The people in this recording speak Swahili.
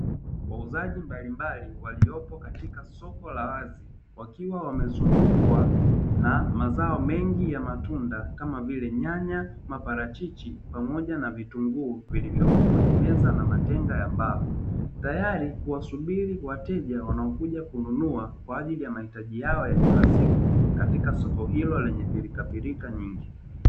Wauzaji mbalimbali waliopo katika soko la wazi, wakiwa wamezungukwa na mazao mengi ya matunda kama vile nyanya maparachichi pamoja na vitunguu vilivyopo kwenye meza na matendo ya bar tayari kuwasubiri wateja wanaokuja kununua kwa ajili ya mahitaji yao ya kila siku katika soko hilo lenye zilikasirika.